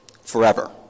forever